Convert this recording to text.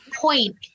point